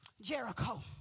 Jericho